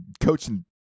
Coaching